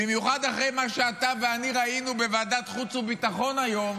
במיוחד אחרי מה שאתה ואני ראינו בוועדת החוץ והביטחון היום,